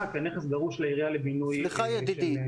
כי הנכס דרוש לעירייה לבינוי --- סליחה ידידי,